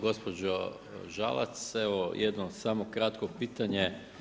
Gospođo Žalac, evo jedno samo kratko pitanje.